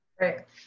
Right